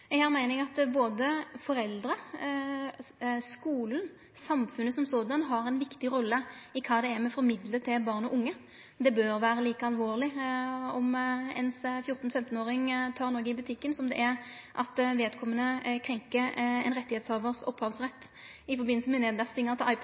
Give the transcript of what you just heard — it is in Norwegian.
Eg meiner at både foreldre, skulen og samfunnet har ei viktig rolle i kva me formidlar til barn og unge. Det bør vere like alvorleg om ein 14–15-åring tek noko i butikken som det er om vedkomande krenkjer ein